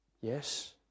Yes